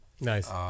Nice